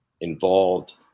involved